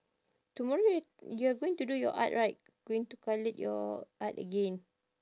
tomorrow you're you're going to do your art right going to call it your art again